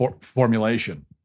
formulation